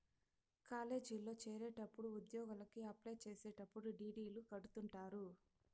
కాలేజీల్లో చేరేటప్పుడు ఉద్యోగలకి అప్లై చేసేటప్పుడు డీ.డీ.లు కడుతుంటారు